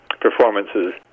performances